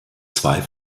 zwei